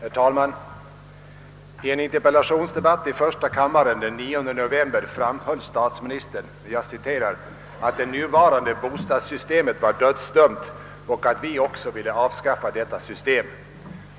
Herr talman! I en interpellationsdebatt i första kammaren den 9 november framhöll statsministern »att det nuvarande bostadssystemet var dödsdömt» . och »att vi också ville avskaffa detta system».